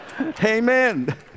Amen